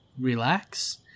relax